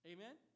Amen